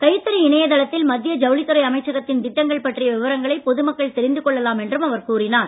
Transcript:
கைத்தறி இணையதளத்தில் மத்திய ஜவுளித் துறை அமைச்சகத்தின் திட்டங்கள் பற்றிய விவரங்களை பொதுமக்கள் தெரிந்து கொள்ளலாம் என்று அவர் கூறினார்